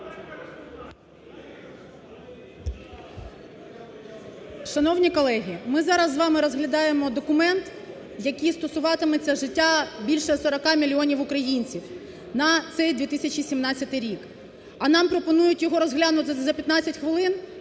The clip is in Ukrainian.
Шановні колеги. Ми зараз з вами розглядаємо документ, який стосуватиметься життя більше 40 мільйонів українців на цей 2017 рік, а нам пропонують його розглянути за 15 хвилин.